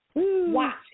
Watch